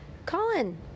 Colin